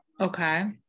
Okay